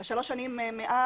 בשלוש השנים מאז,